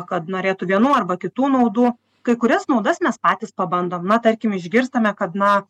kad norėtų vienų arba kitų naudų kai kurias naudas mes patys pabandom na tarkim išgirstame kad na